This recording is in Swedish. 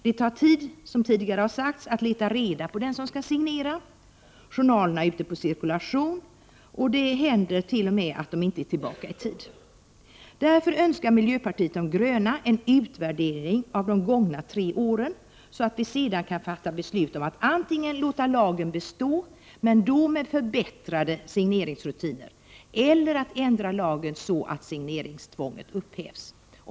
Det tar tid att leta reda på den som skall signera, journalerna är ute på cirkulation och det händer t.o.m. att de inte är tillbaka i tid. Miljöpartiet de gröna önskar därför en utvärdering av de gångna tre årens erfarenheter, så att vi sedan kan fatta beslut om att antingen låta lagen bestå, men då med förbättrade signeringsrutiner, eller att ändra lagen så att signeringstvånget upphävs.